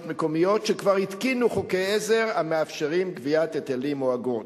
מקומיות שכבר התקינו חוקי עזר המאפשרים גביית היטלים או אגרות.